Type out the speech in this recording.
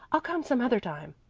i'll come some other time.